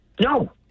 No